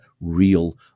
real